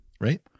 Right